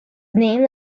named